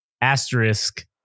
asterisk